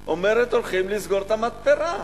אומרת: הולכים לסגור את המתפרה.